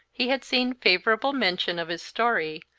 he had seen favorable mention of his story,